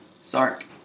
Sark